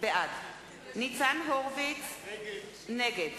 בעד ניצן הורוביץ, נגד